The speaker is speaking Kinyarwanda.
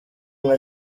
nka